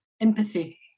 empathy